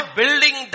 building